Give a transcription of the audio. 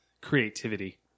creativity